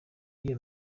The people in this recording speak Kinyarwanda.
iyo